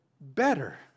better